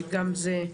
שגם זה,